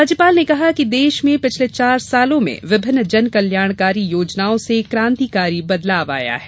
राज्यपाल ने कहा कि देश में पिछले चार वर्षों में विभिन्न जन कल्याणकारी योजनाओं से क्रान्तिकारी बदलाव आया है